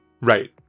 Right